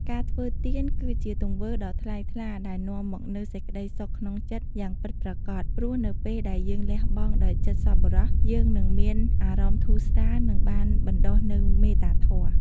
ការធ្វើទាន គឺជាទង្វើដ៏ថ្លៃថ្លាដែលនាំមកនូវសេចក្តីសុខក្នុងចិត្តយ៉ាងពិតប្រាកដ ព្រោះនៅពេលដែលយើងលះបង់ដោយចិត្តសប្បុរស យើងនឹងមានអារម្មណ៍ធូរស្រាល និងបានបណ្ដុះនូវមេត្តាធម៌។